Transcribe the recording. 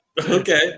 Okay